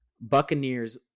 Buccaneers